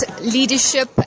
leadership